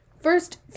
first